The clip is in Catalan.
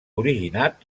originat